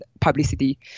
publicity